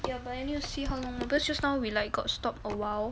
you buy a new see how this just now rely got stopped awhile